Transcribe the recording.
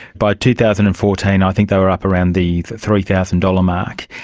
by two thousand and fourteen i think they were up around the three thousand dollars mark,